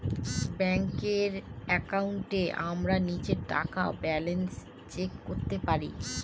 ব্যাঙ্কের একাউন্টে আমরা নিজের টাকা বা ব্যালান্স চেক করতে পারি